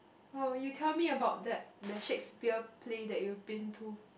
well would you tell me about that the shakespeare play that you've been to